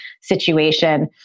situation